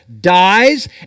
dies